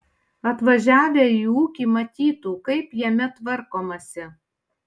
atvažiavę į ūkį matytų kaip jame tvarkomasi